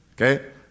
Okay